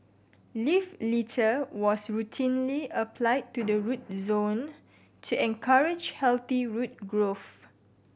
leaf litter was routinely applied to the root zone to encourage healthy root growth